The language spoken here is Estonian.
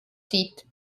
siit